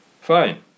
Fine